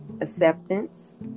acceptance